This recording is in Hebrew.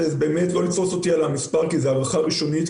ובאמת לא לתפוס אותי על המספר כי זאת הערכה ראשונית,